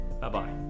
Bye-bye